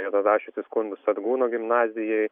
yra rašiusi skundus sargūno gimnazijai